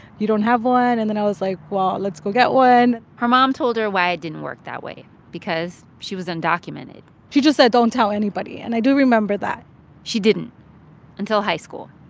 you don't have one. and then i was like, well, let's go get one her mom told her why it didn't work that way because she was undocumented she just said, don't tell anybody. and i do remember that she didn't until high school.